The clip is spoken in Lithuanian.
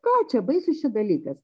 ką čia baisus čia dalykas